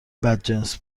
بدجنس